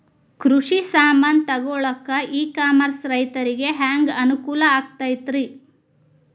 ಕೃಷಿ ಸಾಮಾನ್ ತಗೊಳಕ್ಕ ಇ ಕಾಮರ್ಸ್ ರೈತರಿಗೆ ಹ್ಯಾಂಗ್ ಅನುಕೂಲ ಆಕ್ಕೈತ್ರಿ?